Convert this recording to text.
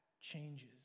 changes